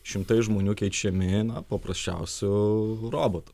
šimtai žmonių keičiami na paprasčiausiu robotu